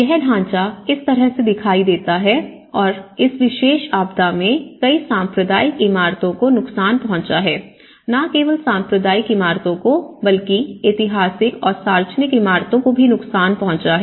यह ढांचा इस तरह से दिखता है और इस विशेष आपदा में कई सांप्रदायिक इमारतों को नुकसान पहुंचा है न केवल सांप्रदायिक इमारतों कोबल्कि ऐतिहासिक और सार्वजनिक इमारतों को भी नुकसान पहुंचा है